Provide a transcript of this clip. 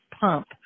pump